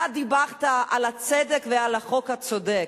אתה דיברת על הצדק ועל החוק הצודק.